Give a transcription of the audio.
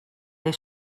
they